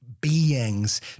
beings